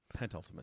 Pentultimate